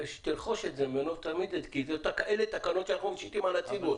שתרכוש את זה ממנו כי אלה תקנות שאנחנו משיתים על הציבור.